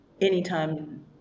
anytime